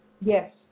Yes